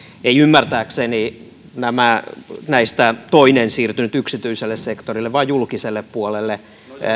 ei ymmärtääkseni näistä toinen siirtynyt yksityiselle sektorille vaan julkiselle puolelle